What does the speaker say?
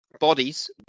bodies